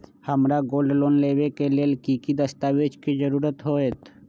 हमरा gold loan लेबे के लेल कि कि दस्ताबेज के जरूरत होयेत?